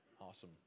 Awesome